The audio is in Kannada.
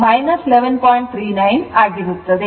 39 ಆಗಿರುತ್ತದೆ